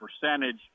percentage